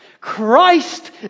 Christ